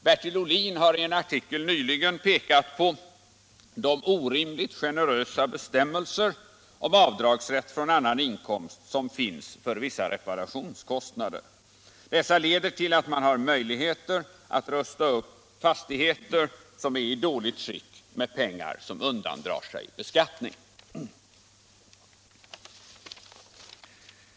Bertil Ohlin har i en artikel nyligen pekat på de orimligt generösa bestämmelser om avdragsrätt från annan inkomst som finns för vissa reparationskostnader. Dessa bestämmelser leder till att man har möjligheter att rusta upp fastigheter, som är i dåligt skick, med pengar som undandras beskattning.